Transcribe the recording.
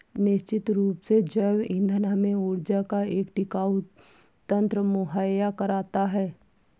निश्चित रूप से जैव ईंधन हमें ऊर्जा का एक टिकाऊ तंत्र मुहैया कराता है